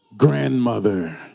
grandmother